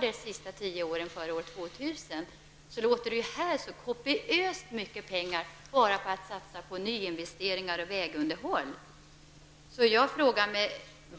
de sista tio åren före år 2000. Därför synes detta vara kopiöst mycket pengar till enbart nyinvesteringar och vägunderhåll.